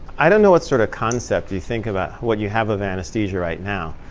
i don't know what sort of concept you think about what you have of anesthesia right now.